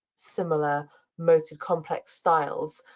similar moats of complex styles.